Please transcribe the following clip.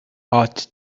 ought